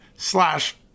slash